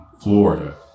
Florida